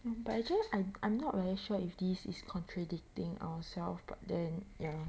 mm but actually I I'm not very sure if this is contradicting ourselves but then ya